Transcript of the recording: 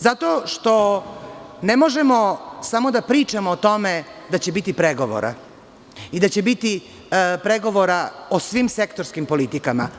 Zato što ne možemo samo da pričamo o tome da će biti pregovora i da će biti pregovora o svim sektorskim politikama.